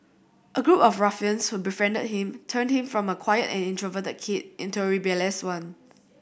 a group of ruffians who befriended him turned him from a quiet and introverted kid into a rebellious one